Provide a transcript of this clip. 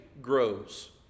Grows